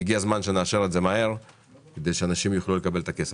הגיע הזמן שנאשר את זה מהר כדי שאנשים יוכלו לקבל את הכסף.